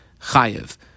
Chayev